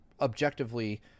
objectively